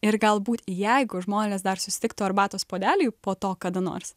ir galbūt jeigu žmonės dar susitiktų arbatos puodeliui po to kada nors